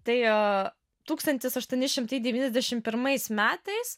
tai tūkstantis aštuoni šimtai devyniasdešim pirmais metais